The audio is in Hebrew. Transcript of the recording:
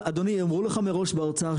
אדוני יאמרו לך מראש באוצר,